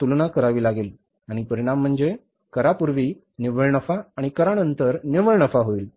तुलना करावी लागेल आणि परीणाम म्हणजे करापूर्वी निव्वळ नफा आणि करानंतर निव्वळ नफा होईल